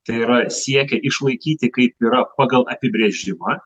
tai yra siekia išlaikyti kaip yra pagal apibrėžimą